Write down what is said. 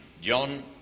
John